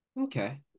Okay